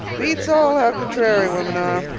beats all how contrary women are.